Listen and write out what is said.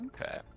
Okay